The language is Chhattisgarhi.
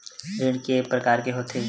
ऋण के प्रकार के होथे?